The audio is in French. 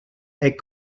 est